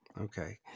Okay